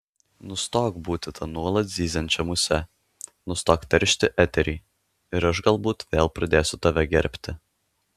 nustok būti ta nuolat zyziančia muse nustok teršti eterį ir aš galbūt vėl pradėsiu tave gerbti